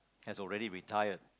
has already retired